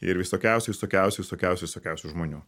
ir visokiausių visokiausių visokiausių visokiausių žmonių